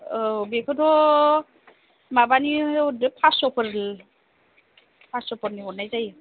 औ बेखौथ' माबानि हरगोन पास्स'फोरनि पास्स'फोरनि हरनाय जायो